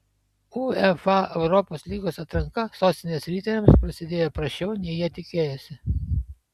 uefa europos lygos atranka sostinės riteriams prasidėjo prasčiau nei jie tikėjosi